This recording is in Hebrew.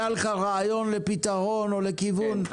היה לך רעיון לפתרון או כיוון לפתרון?